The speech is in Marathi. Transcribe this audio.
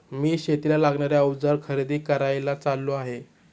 मी शेतीला लागणारे अवजार खरेदी करायला चाललो आहे